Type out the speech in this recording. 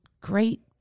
great